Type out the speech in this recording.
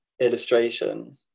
illustration